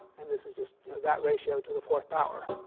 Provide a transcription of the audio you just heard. and this is just that ratio to the fourth power.